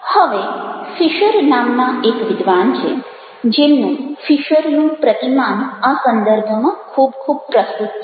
હવે ફિશર નામના એક વિદ્વાન છે જેમનું ફિશર નું પ્રતિમાન આ સંદર્ભમાં ખૂબ ખૂબ પ્રસ્તુત છે